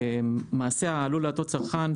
מעשה העלול להטעות צרכן,